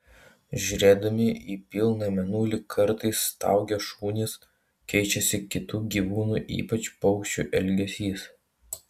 žiūrėdami į pilną mėnulį kartais staugia šunys keičiasi kitų gyvūnų ypač paukščių elgesys